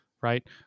right